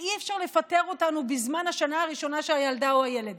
כי אי-אפשר לפטר אותנו בזמן השנה הראשונה של הילדה או הילד.